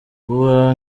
kuba